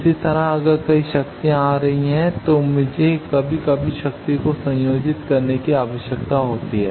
इसी तरह अगर कई शक्तियां आ रही हैं तो मुझे कभी कभी शक्ति को संयोजित करने की आवश्यकता होती है